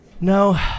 No